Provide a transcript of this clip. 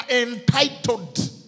entitled